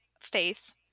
faith